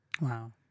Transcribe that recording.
Wow